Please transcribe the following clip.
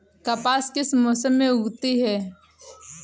कपास किस मौसम में उगती है?